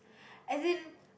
as in